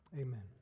amen